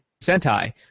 Sentai